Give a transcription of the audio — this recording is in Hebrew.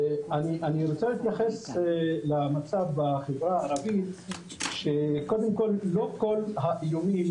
אני רוצה להתייחס למצב בחברה הערבית שקודם כל לא כל האיומים